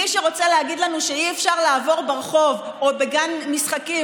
מי שרוצה להגיד לנו שאי-אפשר לעבור ברחוב או בגן משחקים